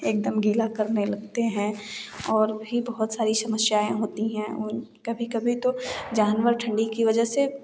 एकदम गिला करने लगते हैं और भी बहुत सारी समस्याएँ होती हैं और कभी कभी तो जानवर ठंडी की वजह से